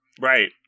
Right